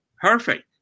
Perfect